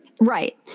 Right